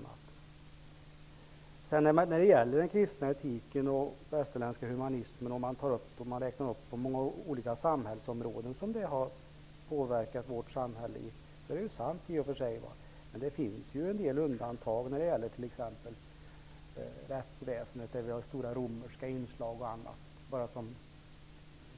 Det är sant att den kristna etiken och västerländska humanismen har påverkat vårt samhälle på en rad områden som man räknar upp. Men det finns ju en del undantag, t.ex. rättsväsendet där vi har stora romerska inslag. Detta var bara ett